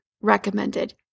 recommended